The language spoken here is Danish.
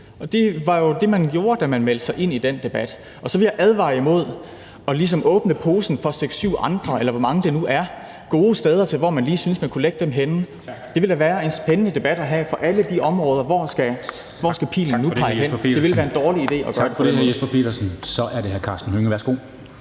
og det var jo det, man gjorde, da man meldte sig ind i den debat. Så vil jeg advare imod ligesom at åbne posen for seks-syv andre – eller hvor mange det nu er – gode steder, hvor man lige synes man kunne lægge det henne. Det ville da være en spændende debat at have for alle de områder om, hvor pilen nu skal pege hen. Det ville være en dårlig idé at gøre det på den måde. Kl. 09:57 Formanden (Henrik Dam Kristensen): Tak for